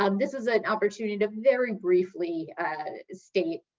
um this is an opportunity to very briefly state